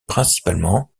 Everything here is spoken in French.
principalement